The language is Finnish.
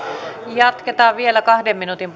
jatketaan vielä kahden minuutin